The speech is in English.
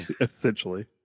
essentially